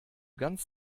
ganz